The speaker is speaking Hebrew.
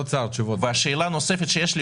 ושאלה נוספת שיש לי,